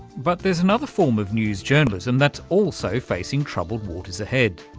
but there's another form of news journalism that's also facing troubled waters ahead.